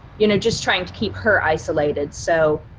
you know just trying to keep her isolated, so,